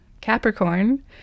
Capricorn